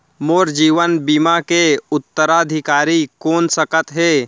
मोर जीवन बीमा के उत्तराधिकारी कोन सकत हे?